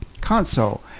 console